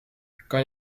kan